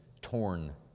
torn